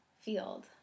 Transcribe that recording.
field